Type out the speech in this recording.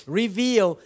reveal